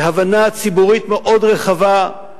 בהבנה ציבורית מאוד רחבה,